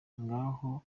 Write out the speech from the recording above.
ngaho